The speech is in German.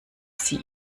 sie